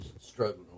Struggling